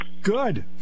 Good